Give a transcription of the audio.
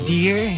Dear